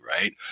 right